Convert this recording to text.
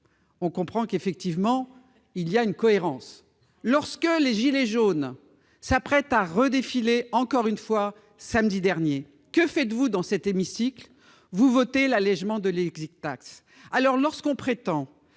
on comprend qu'effectivement il y a une cohérence lorsque les gilets jaunes s'apprête à Reder filer encore une fois, samedi dernier, que faites-vous dans cet hémicycle vous voté l'allégement de l'exit tax alors lorsqu'on prétend